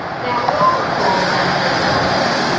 now we all recall that gem, don't we?